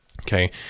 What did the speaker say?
Okay